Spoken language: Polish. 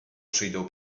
przyjdą